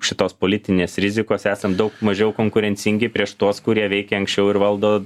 šitos politinės rizikos esam daug mažiau konkurencingi prieš tuos kurie veikė anksčiau ir valdo